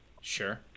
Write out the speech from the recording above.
Sure